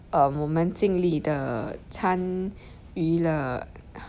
uh 我们尽力的参与了